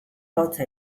hotza